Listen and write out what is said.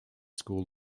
school